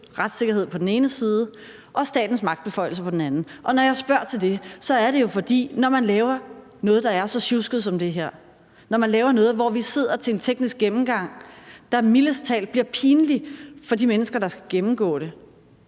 retssikkerhed på den ene side og statens magtbeføjelser på den anden side? Og når jeg spørger til det, er det jo, fordi det, når man laver noget, der er så sjusket som det her, når man laver noget, hvor vi sidder til en teknisk gennemgang, der mildest talt bliver pinlig for de mennesker, der skal gennemgå det,